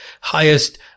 highest